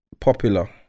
popular